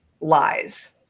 lies